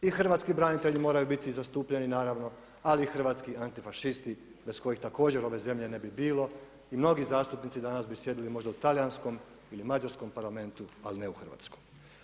I hrvatski branitelji moraju biti zastupljeni naravno, ali i hrvatski antifašisti bez kojih također ove zemlje ne bi bilo i mnogi zastupnici danas bi sjedili možda u talijanskom ili mađarskom parlamentu, ali ne u hrvatskom.